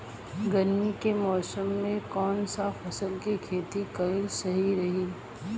गर्मी के मौषम मे कौन सा फसल के खेती करल सही रही?